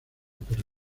pero